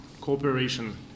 cooperation